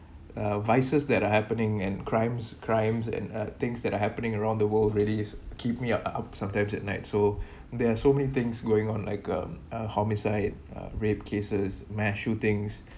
uh vices that are happening and crimes crimes and uh things that are happening around the world really is keep me uh up sometimes at night so there are so many things going on like um a homicide uh rape cases mass shootings